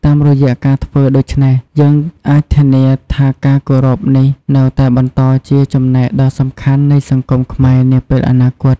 តាមរយៈការធ្វើដូច្នេះ យើងអាចធានាថាការគោរពនេះនៅតែបន្តជាចំណែកដ៏សំខាន់នៃសង្គមខ្មែរនាពេលអនាគត។